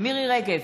מירי רגב,